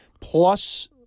plus –